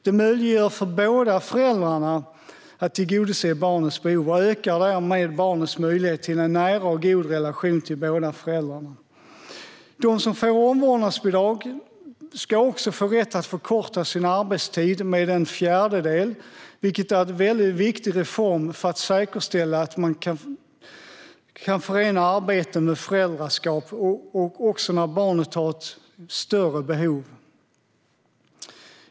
Det möjliggör för båda föräldrarna att tillgodose barnets behov och ökar därmed barnets möjlighet till en nära och god relation till båda föräldrarna. De som får omvårdnadsbidrag ska också få rätt att förkorta sin arbetstid med en fjärdedel, vilket är en väldigt viktigt reform för att säkerställa att man kan förena arbete med föräldraskap också när barnet har ett större behov.